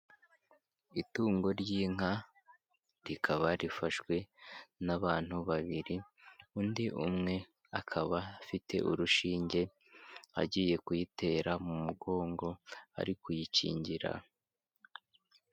Itungo ry'inka rikaba rifashwe n'abantu babiri, undi umwe akaba afite urushinge agiye kuyitera mu mugongo, ari kuyikingira.